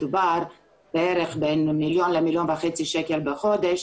מדובר בערך בין מיליון למיליון וחצי שקל לחודש,